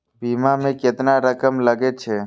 बीमा में केतना रकम लगे छै?